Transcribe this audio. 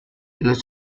los